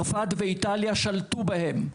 צרפת ואיטליה שלטו בהם,